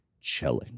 chilling